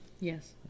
Yes